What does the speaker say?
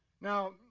Now